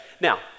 now